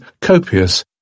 copious